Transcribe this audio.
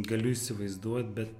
galiu įsivaizduot bet